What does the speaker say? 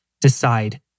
decide